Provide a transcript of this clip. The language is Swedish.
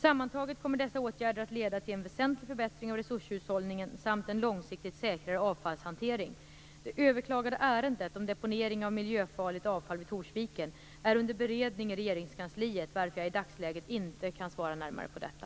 Sammantaget kommer dessa åtgärder att leda till en väsentlig förbättring av resurshushållningen samt en långsiktigt säkrare avfallshantering. Det överklagade ärendet om deponering av miljöfarligt avfall vid Torsviken är under beredning i Regeringskansliet, varför jag i dagsläget inte kan svara närmare på detta.